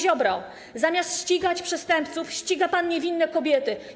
Ziobro, zamiast ścigać przestępców, ściga pan niewinne kobiety.